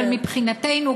אבל מבחינתנו,